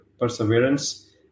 Perseverance